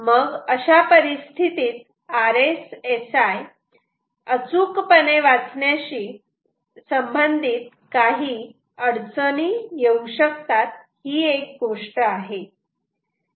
मग अशा परिस्थितीत आरएसएसआय अचूकपणे वाचण्याशी संबंधित अडचणी येऊ शकतात ही एक गोष्ट आहे